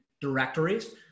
directories